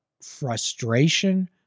frustration